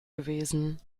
gewesen